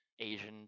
Asian